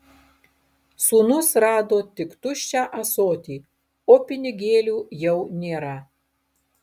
sūnus rado tik tuščią ąsotį o pinigėlių jau nėra